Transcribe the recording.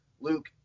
Luke